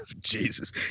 Jesus